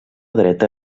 dreta